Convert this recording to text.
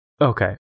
Okay